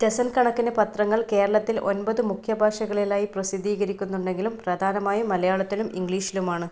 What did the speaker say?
dozen കണക്കിന് പത്രങ്ങൾ കേരളത്തിൽ ഒൻപത് മുഖ്യ ഭാഷകളിലായി പ്രസിദ്ധീകരിക്കുന്നുണ്ടെങ്കിലും പ്രധാനമായും മലയാളത്തിലും ഇംഗ്ലീഷിലുമാണ്